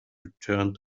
return